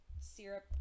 syrup